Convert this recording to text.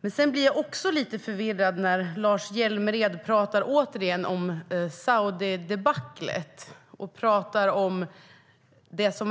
Men jag blir förvirrad när Lars Hjälmered återigen talar om Saudidebaclet. Det som